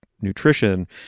nutrition